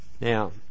Now